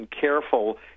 careful